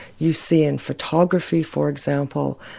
you see in photography, for example,